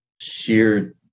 sheer